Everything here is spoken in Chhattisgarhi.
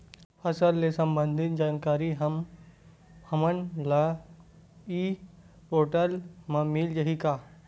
फसल ले सम्बंधित जानकारी हमन ल ई पोर्टल म मिल जाही का?